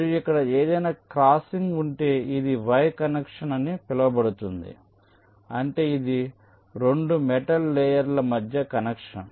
మరియు ఇక్కడ ఏదైనా క్రాసింగ్ ఉంటే ఇది వైర్ కనెక్షన్ అని పిలువబడుతుంది అంటే ఇది 2 మెటల్ లేయర్ ల మధ్య కనెక్షన్